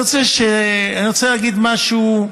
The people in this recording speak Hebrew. אני רוצה להגיד משהו,